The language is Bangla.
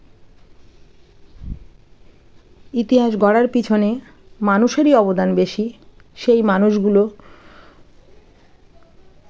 ইতিহাস গড়ার পিছনে মানুষেরই অবদান বেশি সেই মানুষগুলো